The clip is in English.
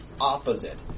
opposite